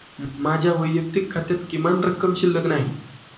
माझ्या वैयक्तिक खात्यात किमान रक्कम शिल्लक नाही